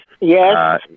Yes